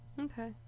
Okay